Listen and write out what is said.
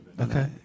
Okay